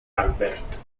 albert